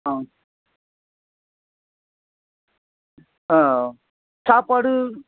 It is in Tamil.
ஆ ஆ சாப்பாடு